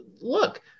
look